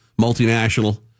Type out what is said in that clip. multinational